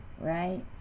right